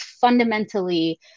fundamentally